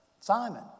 Simon